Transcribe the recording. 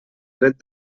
dret